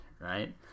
right